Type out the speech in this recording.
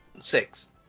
six